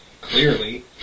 clearly